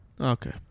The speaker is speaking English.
Okay